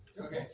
Okay